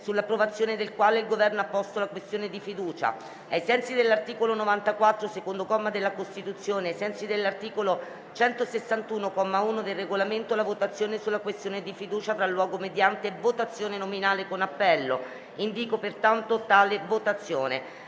sull'approvazione del quale il Governo ha posto la questione di fiducia. Ricordo che ai sensi dell'articolo 94, secondo comma, della Costituzione e ai sensi dell'articolo 161, comma 1, del Regolamento, la votazione sulla questione di fiducia avrà luogo mediante votazione nominale con appello. Ciascun senatore potrà